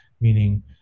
meaning